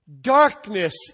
darkness